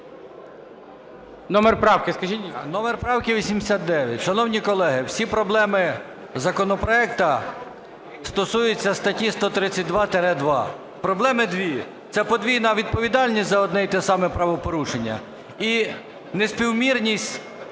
Номер правки 89. Шановні колеги, всі проблеми законопроекту стосуються статті 132-2. Проблеми дві: це подвійна відповідальність за одне й те саме правопорушення і неспівмірність